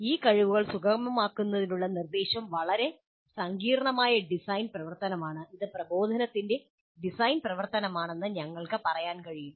ഈ കഴിവുകൾ സുഗമമാക്കുന്നതിനുള്ള നിർദ്ദേശം വളരെ സങ്കീർണ്ണമായ ഡിസൈൻ പ്രവർത്തനമാണ് ഇത് പ്രബോധന ഡിസൈൻ പ്രവർത്തനമാണെന്ന് ഞങ്ങൾക്ക് പറയാൻ കഴിയും